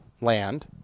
land